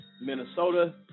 Minnesota